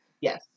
yes